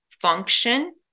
function